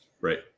Right